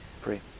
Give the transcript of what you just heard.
free